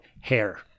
hair